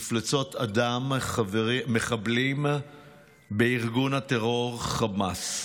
מפלצות אדם, מחבלים בארגון הטרור חמאס.